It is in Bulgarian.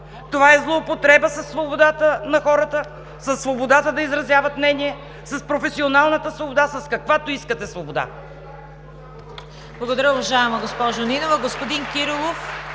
Това е злоупотреба със свободата на хората, със свободата да изразяват мнение, с професионалната свобода, с каквато искате свобода!